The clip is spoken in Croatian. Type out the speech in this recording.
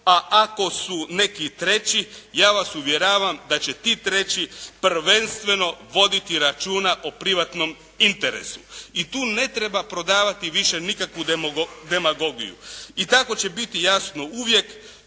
a ako su neki treći, ja vas uvjeravam da će ti treći prvenstveno voditi računa o privatnom interesu i tu ne treba prodavati više nikakvu demagogiju. I tako će biti, jasno, uvijek,